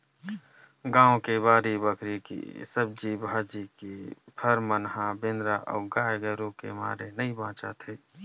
गाँव के बाड़ी बखरी के सब्जी भाजी, के फर मन ह बेंदरा अउ गाये गरूय के मारे नइ बाचत हे